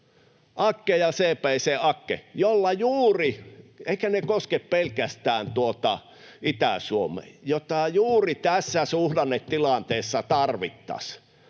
AKKE ja CBC-AKKE — eivätkä ne koske pelkästään tuota Itä-Suomea — joita juuri tässä suhdannetilanteessa tarvittaisiin.